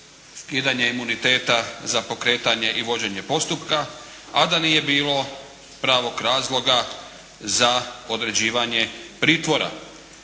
skidanje imuniteta za pokretanje i vođenje postupka a da nije bilo pravog razloga za određivanje pritvora.